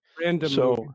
Random